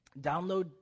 Download